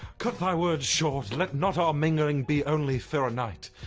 cut thy words short, let not our mingling be only fir a nyght.